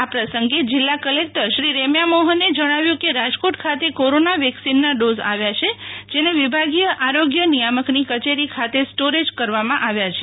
આ પ્રસંગે જિલ્લા કલેક્ટરશ્રી રેમ્યા મોફને જણાવ્યું કે રાજકોટ ખાતે કોરોના વેકસીનના ડોઝ આવ્યા છે જેને વિભાગીય આરોગ્ય નિયામકની કચેરી ખાતે સ્ટોરેજ કરવામાં આવ્યા છે